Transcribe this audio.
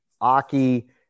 Aki